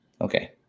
Okay